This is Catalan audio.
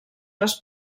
les